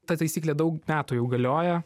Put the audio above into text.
ta taisyklė daug metų jau galioja